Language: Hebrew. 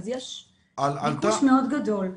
יש ביקוש גדול מאוד.